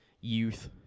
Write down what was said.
youth